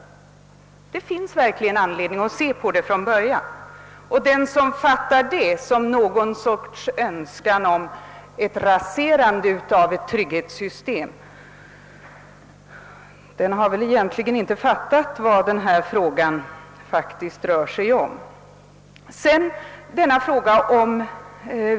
Det finns anledning att pröva frågan från början. Den som fattar ett sådant förslag som något slags önskan att rasera ett trygghetssystem har väl egentligen inte förstått vad vårt förslag innebär.